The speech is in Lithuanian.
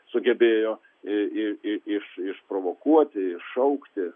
sugebėjo i i i iš išprovokuoti iššaukti